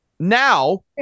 Now